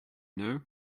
know